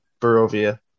barovia